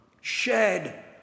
shed